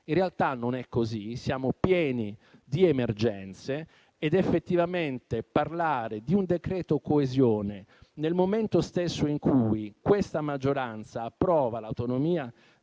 In realtà non è così, siamo pieni di emergenze ed effettivamente parlare di un decreto coesione nel momento stesso in cui questa maggioranza approva l'autonomia